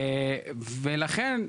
ולכן,